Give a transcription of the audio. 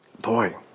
Boy